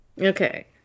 Okay